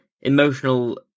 emotional